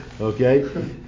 Okay